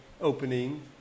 opening